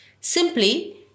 Simply